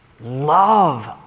Love